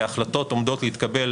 כי ההחלטות עומדות להתקבל